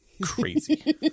crazy